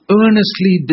earnestly